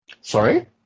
Sorry